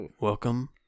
welcome